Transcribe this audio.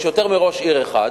יש יותר מראש עיר אחד